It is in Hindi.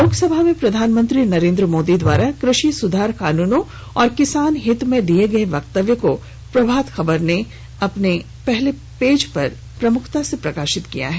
लोकसभा में प्रधानमंत्री नरेंद्र मोदी द्वारा कृषि सुधार कानूनों और किसान हित में दिये गये वक्तव्य को प्रभात खबर ने पहले पेज पर प्राथमिकता के साथ प्रकाशित किया है